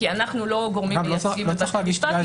כי אנחנו לא גורמים מייצגים במשפט,